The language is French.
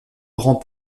grands